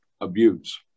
abuse